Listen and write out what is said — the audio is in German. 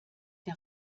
der